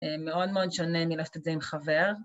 מאוד מאוד שונה מלחתן חבר.